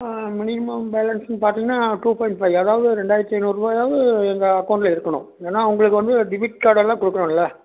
minimum பேலன்ஸ்ன்னு பார்த்தீங்கன்னா two point five அதாவது ஒரு ரெண்டாயிரத்தி ஐந்நூறுபாயாவது எங்கள் அகௌண்ட்டில் இருக்கணும் ஏன்னா அவங்களுக்கு வந்து டெபிட் கார்டெல்லாம் கொடுக்கணும்ல